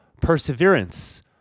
Perseverance